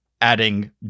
adding